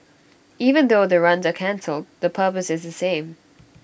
even though the runs are cancelled the purpose is the same